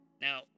Now